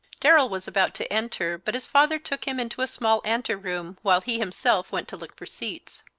darrell was about to enter, but his father took him into a small anteroom, while he himself went to look for seats.